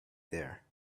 there